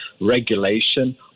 regulation